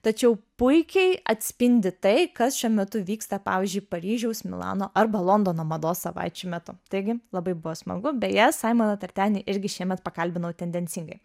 tačiau puikiai atspindi tai kas šiuo metu vyksta pavyzdžiui paryžiaus milano arba londono mados savaičių metu taigi labai buvo smagu beje saimoną tartenį irgi šiemet pakalbinau tendencingai